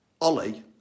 Ollie